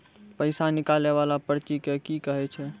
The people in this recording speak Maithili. पैसा निकाले वाला पर्ची के की कहै छै?